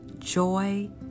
joy